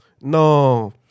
No